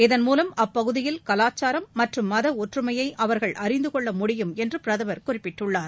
இதன் மூலம் அப்பகுதியில் கலாச்சாரம் மற்றும் மத ஒற்றுமையை அவர்கள் அறிந்தகொள்ள முடியும் என்று பிரதமர் குறிப்பிட்டுள்ளார்